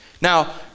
Now